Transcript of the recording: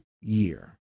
year